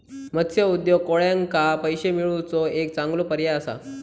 मत्स्य उद्योग कोळ्यांका पैशे मिळवुचो एक चांगलो पर्याय असा